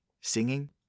singing